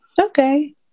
Okay